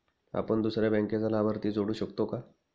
आपण दुसऱ्या बँकेचा लाभार्थी जोडू शकतो का?